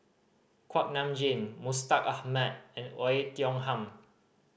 Kuak Nam Jin Mustaq Ahmad and Oei Tiong Ham